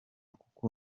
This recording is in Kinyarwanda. kuko